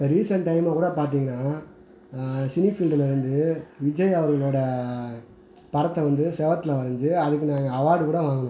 இப்போ ரீசெண்ட் டைமில் கூட பார்த்தீங்கன்னா சினி ஃபீல்டில் இருந்து விஜய் அவர்களோடய படத்தை வந்து சுவத்துல வரைஞ்சி அதுக்கு நாங்கள் அவார்ட் கூட வாங்கினோம்